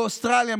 באוסטרליה,